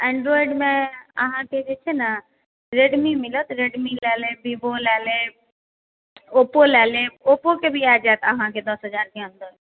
Android मे अहाँके जे छै ने रेडमी मिलत रेडमी लए लेब विवो लए लेब ओप्पो लए लेब ओप्पो के भी आ जाएत अहाँके दस हजार के अन्दर मे